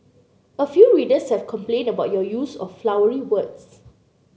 a few readers have complained about your use of flowery words